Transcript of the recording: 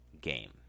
game